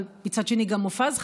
אבל מצד שני גם מופז חתם,